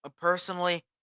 Personally